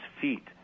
feet